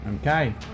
Okay